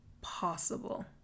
possible